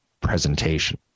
presentation